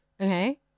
Okay